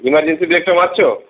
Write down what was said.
emergency ব্লেডটা মারছো